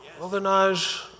Organize